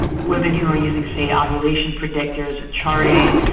women who are using, say, ovulation predictors or charting,